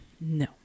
No